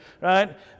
right